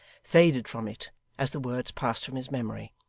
faded from it as the words passed from his memory,